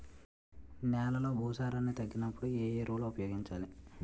నెలలో భూసారాన్ని తగ్గినప్పుడు, ఏ ఎరువులు ఉపయోగించాలి?